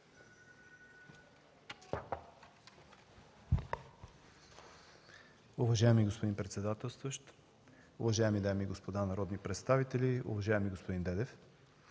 Уважаеми господин председателстващ, уважаеми дами и господа народни представители! Уважаеми господин Дедев,